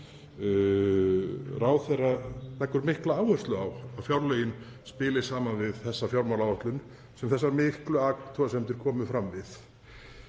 Ráðherra leggur mikla áherslu á að fjárlögin spili saman við fjármálaáætlun sem þessar miklu athugasemdir komu fram við.